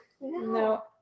No